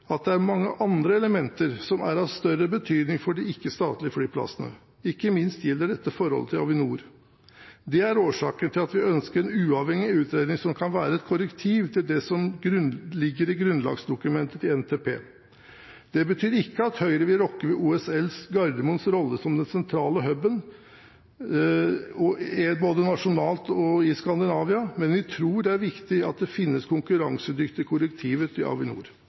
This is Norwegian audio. at det er mange andre elementer som er av større betydning for de ikke-statlige flyplassene. Ikke minst gjelder dette forholdet til Avinor. Det er årsaken til at vi ønsker en uavhengig utredning som kan være et korrektiv til det som ligger i grunnlagsdokumentet til NTP. Det betyr ikke at Høyre vil rokke ved OSL Gardermoens rolle som den sentrale «hub»-en – både nasjonalt og i Skandinavia – men vi tror det er viktig at det finnes konkurransedyktige korrektiver til Avinor.